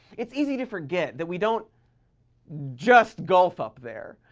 it's easy to forget that we don't just golf up there,